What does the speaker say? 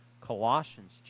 Colossians